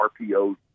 RPO